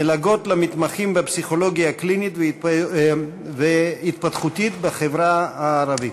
מלגות למתמחים בפסיכולוגיה קלינית והתפתחותית בחברה הערבית.